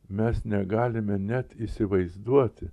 mes negalime net įsivaizduoti